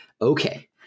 Okay